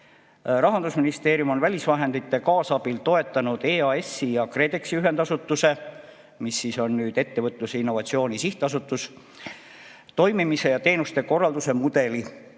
Rahandusministeerium on välisvahendite kaasabil toetanud EAS-i ja KredExi ühendasutuse, nüüdse Ettevõtluse ja Innovatsiooni Sihtasutus toimimise ja teenuste korralduse mudeli